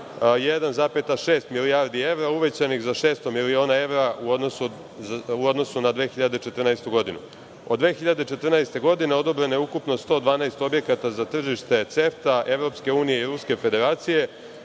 1,6 milijardi evra, a uvećanih za 600 miliona evra u odnosu na 2014. godinu. Od 2014. godine odobreno je ukupno 112 objekata za tržište CEFTA EU i Ruske Federacije,